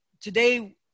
today